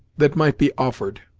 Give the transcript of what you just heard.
that might be offered.